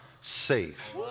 Safe